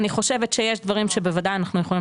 אני חושבת שיש דברים שבוודאי אנחנו יכולים